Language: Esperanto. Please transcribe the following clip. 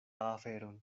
aferon